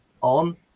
on